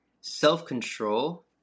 self-control